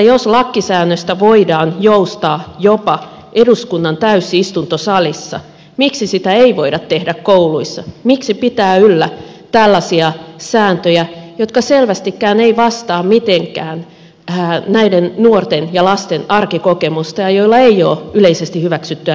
jos lakkisäännöstä voidaan joustaa jopa eduskunnan täysistuntosalissa miksi sitä ei voida tehdä kouluissa miksi pidetään yllä tällaisia sääntöjä jotka selvästikään eivät vastaa mitenkään näiden nuorten ja lasten arkikokemusta ja joilla ei ole yleisesti hyväksyttyä legitimiteettiä